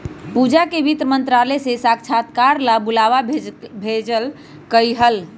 पूजा के वित्त मंत्रालय से साक्षात्कार ला बुलावा भेजल कई हल